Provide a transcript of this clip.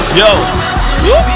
yo